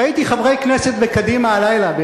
ראיתי חברי כנסת בקדימה הלילה,